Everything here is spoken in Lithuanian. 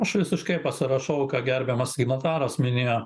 aš visiškai pasirašau ką gerbiamas gi notaras minėjo